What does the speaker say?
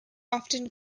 often